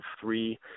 three